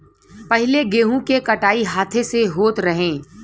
पहिले गेंहू के कटाई हाथे से होत रहे